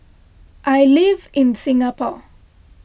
I live in Singapore